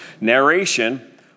narration